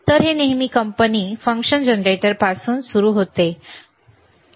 तर हे नेहमी कंपनी फंक्शन जनरेटरपासून सुरू होते आणि ते ठीक आहे